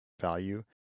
value